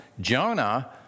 Jonah